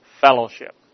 fellowship